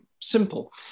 simple